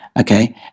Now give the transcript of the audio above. Okay